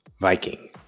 Viking